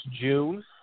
June